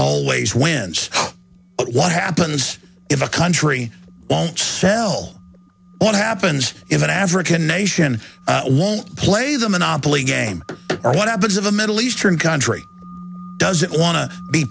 always wins but what happens if a country won't sell what happens in an african nation won't play the monopoly game or what happens if a middle eastern country doesn't wan